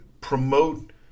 promote